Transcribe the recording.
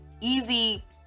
easy